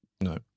No